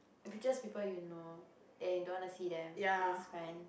~ just people you know then you don't wanna see them then it's fine